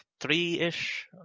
three-ish